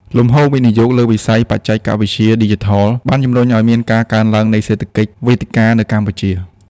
លំហូរវិនិយោគលើវិស័យបច្ចេកវិទ្យាឌីជីថល បានជម្រុញឱ្យមានការកើនឡើងនៃ "សេដ្ឋកិច្ចវេទិកា" នៅកម្ពុជា។